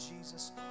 Jesus